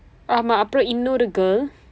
ஆமா அப்புறம் இன்னொரு:aamaa appuram innoru girl